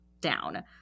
down